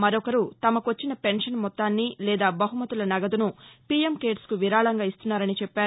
మరొకరు తమకొచ్చిన పెన్షన్ మొత్తాన్ని లేదా బహుమతుల నగదును పీఎం కేర్స్కు విరాళంగా ఇస్తున్నారని చెప్పారు